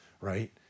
right